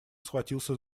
схватился